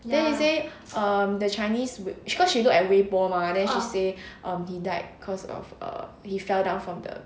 then he say um the chinese because she look at 微博 mah then she say um he died because of err he fell down from the